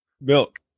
milk